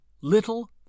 Little